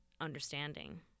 understanding